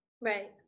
Right